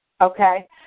okay